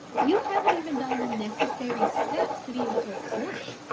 you haven't even done the necessary steps to be able to afford it.